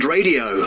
Radio